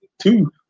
two